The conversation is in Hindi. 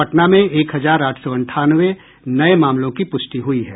पटना में एक हजार आठ सौ अंठावने नये मामलों की पुष्टि हुई है